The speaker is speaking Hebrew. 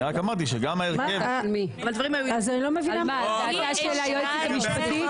אני רק אמרתי שגם ההרכב --- על דעתה של היועצת המשפטית?